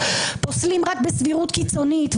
פוסלים רק בסבירות קיצונית,